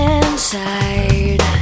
inside